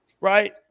right